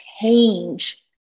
change